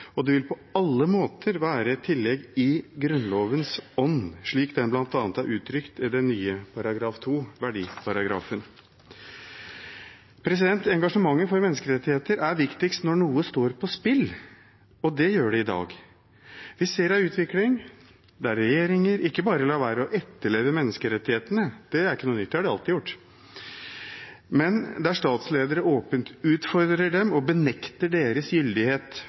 og det vil på alle måter være et tillegg i Grunnlovens ånd, slik den bl.a. er uttrykt i den nye § 2, verdiparagrafen. Engasjementet for menneskerettigheter er viktigst når noe står på spill, og det gjør det i dag. Vi ser en utvikling der regjeringer ikke bare lar være å etterleve menneskerettighetene – det er ikke noe nytt, det har de alltid gjort – men også der statsledere åpent utfordrer dem og benekter deres gyldighet